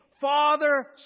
Father